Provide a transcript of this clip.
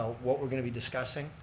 what we're going to be discussing?